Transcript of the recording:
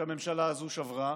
שהממשלה הזאת שברה.